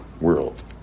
world